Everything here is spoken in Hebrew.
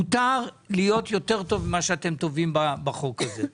מותר להיות יותר טובים ממה שאתם טובים בחוק הזה.